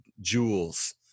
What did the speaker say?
jewels